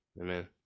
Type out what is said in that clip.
Amen